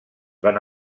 van